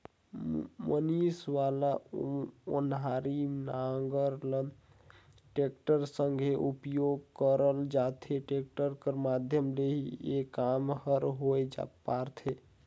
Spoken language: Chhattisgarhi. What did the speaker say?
मसीन वाला ओनारी नांगर ल टेक्टर संघे उपियोग करल जाथे, टेक्टर कर माध्यम ले ही ए काम हर होए पारथे